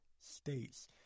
states